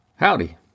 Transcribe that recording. Howdy